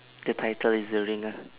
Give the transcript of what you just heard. the title is the ringer